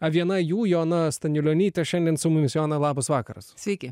viena jų joana staniulionytė šiandien su mumis joana labas vakaras